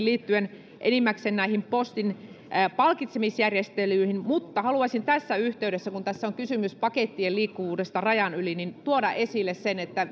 liittyen enimmäkseen näihin postin palkitsemisjärjestelyihin haluaisin tässä yhteydessä kun tässä on kysymys pakettien liikkuvuudesta rajan yli tuoda esille sen että